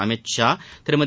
Amit Shah Thirumathi